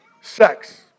sex